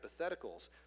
hypotheticals